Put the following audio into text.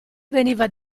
veniva